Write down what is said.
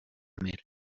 mel